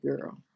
girl